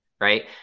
right